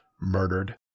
murdered